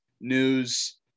news